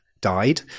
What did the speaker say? died